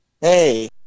Hey